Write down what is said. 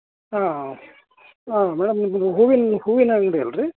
ಹಾಂ ಹಾಂ ಮೇಡಮ್ ನಿಮ್ಮದು ಹೂವಿನ ಹೂವಿನ ಅಂಗಡಿ ಅಲ್ಲ ರಿ